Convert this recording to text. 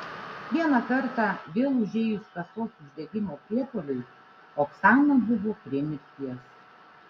vieną kartą vėl užėjus kasos uždegimo priepuoliui oksana buvo prie mirties